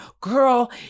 Girl